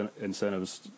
incentives